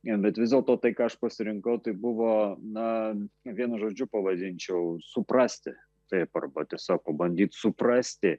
bet vis dėlto tai ką aš pasirinkau tai buvo na vienu žodžiu pavadinčiau suprasti taip arba tiesiog pabandyt suprasti